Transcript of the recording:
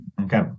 Okay